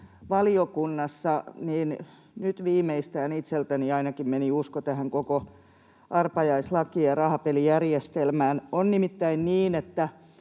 valiokunnassa, niin nyt viimeistään ainakin itseltäni meni usko tähän koko arpajaislaki- ja rahapelijärjestelmään. On nimittäin niin, että